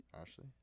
Ashley